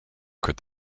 could